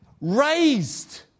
Raised